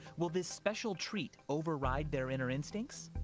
will this special treat override their inner instincts?